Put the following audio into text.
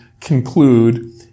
conclude